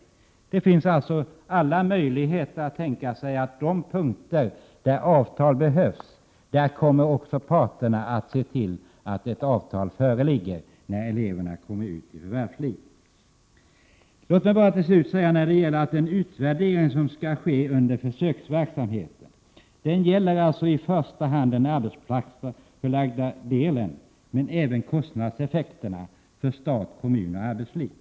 Det finns alltså skäl att tänka sig att parterna på de punkter där avtal behövs kommer att se till att avtal föreligger när eleverna kommer ut i förvärvslivet. En utvärdering skall ske under försöksverksamheten. Den gäller i första hand den arbetsplatsförlagda delen, men även kostnadseffekterna för stat, kommun och arbetsliv.